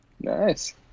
nice